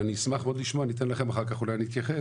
אני אתן לכם אחר כך אולי להתייחס,